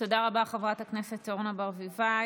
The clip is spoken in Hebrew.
תודה רבה, חברת הכנסת אורנה ברביבאי.